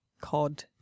COD